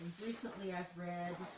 recently i've read